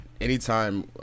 Anytime